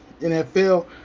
NFL